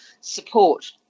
support